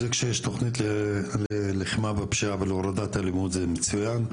כשיש תוכנית ללחימה בפשיעה ולהורדת אלימות זה מצוין,